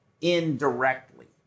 indirectly